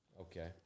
Okay